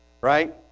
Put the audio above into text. right